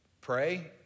pray